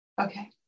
Okay